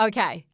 Okay